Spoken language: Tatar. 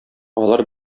алар